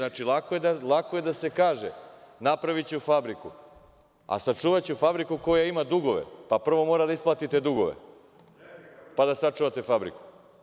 Hajde da vidim, lako je da se kaže – napraviće fabriku, a sačuvaće fabriku koja ima dugove, pa prvo mora da isplati te dugove, pa da sačuvate fabriku.